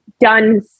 done